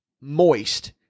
moist